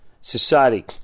society